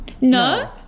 No